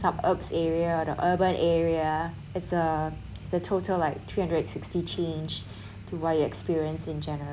suburbs area the urban area it's a it's a total like three hundred and sixty change to what you experience in general